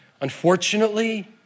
Unfortunately